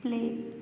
play